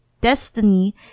destiny